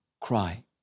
cry